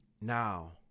Now